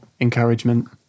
encouragement